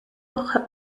woche